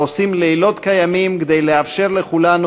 העושים לילות כימים כדי לאפשר לכולנו,